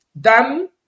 Dan